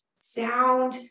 sound